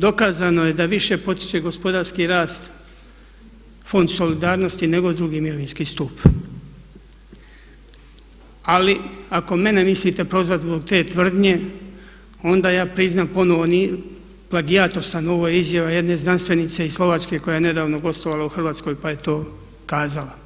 Dokazano je da više potiče gospodarski rast fond solidarnosti nego drugi mirovinski stup ali ako mene mislite prozvati zbog te tvrdnje onda ja priznam ponovo, plagijator sam, ovo je izjava jedne znanstvenice iz Slovačke koja je nedavno gostovala u Hrvatskoj pa je to kazala,